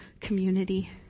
community